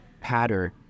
pattern